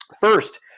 first